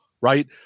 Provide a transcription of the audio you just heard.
right